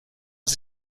sie